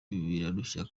birarushya